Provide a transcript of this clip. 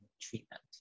treatment